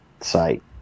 site